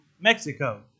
Mexico